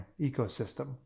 ecosystem